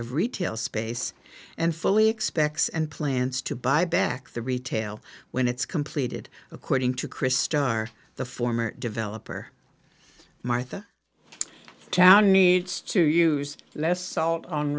of retail space and fully expects and plans to buy back the retail when it's completed according to chris star the former developer martha town needs to use less salt on